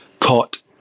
caught